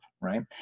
Right